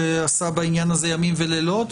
שעשה בעניין הזה ימים ולילות,